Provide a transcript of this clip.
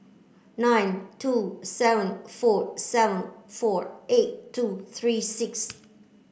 nine two seven four seven four eight two three six